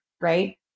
right